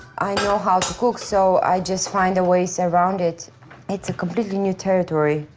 i know how to cook so i just find a ways around it it's a completely new territory.